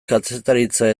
kazetaritza